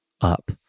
up